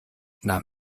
nahm